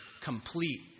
complete